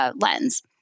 lens